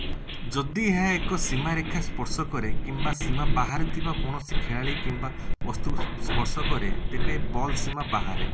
ଯଦି ଏହା ଏକ ସୀମା ରେଖା ସ୍ପର୍ଶ କରେ କିମ୍ବା ସୀମା ବାହାରେ ଥିବା କୌଣସି ଖେଳାଳି କିମ୍ବା ବସ୍ତୁକୁ ସ୍ପର୍ଶ କରେ ତେବେ ବଲ୍ ସୀମା ବାହାରେ